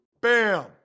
bam